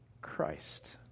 Christ